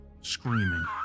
screaming